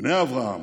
בני אברהם,